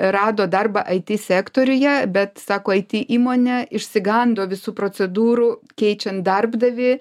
a rado darbą it sektoriuje bet sako it įmonė išsigando visų procedūrų keičiant darbdavį